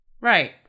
Right